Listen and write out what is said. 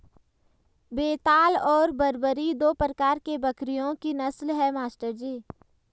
बेताल और बरबरी दो प्रकार के बकरियों की नस्ल है मास्टर जी